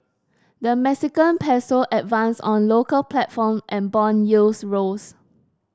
the Mexican peso advanced on local platform and bond yields rose